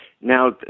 Now